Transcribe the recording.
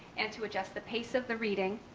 and to adjust the pace of the reading.